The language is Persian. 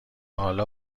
حالا